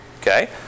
Okay